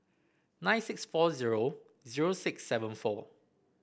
nine six four zero zero six seven four